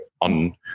on